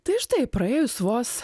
tai štai praėjus vos